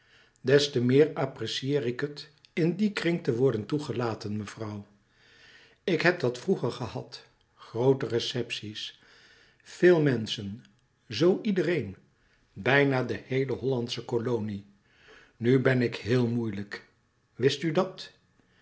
des te meer apprecieer ik het in dien kring te worden toegelaten mevrouw ik heb dat vroeger gehad groote recepties veel menschen zoo iedereen bijna de heele hollandsche kolonie nu ben ik heel moeilijk wist u dat